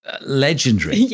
legendary